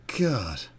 God